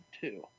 two